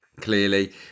Clearly